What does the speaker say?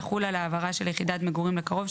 יחול על העברה של יחידת מגורים לקרוב,